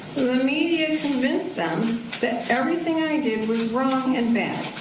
the media convince them that everything i did was wrong and bad.